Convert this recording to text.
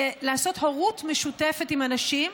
הורות משותפת עם הנשים,